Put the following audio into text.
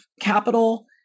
capital